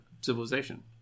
civilization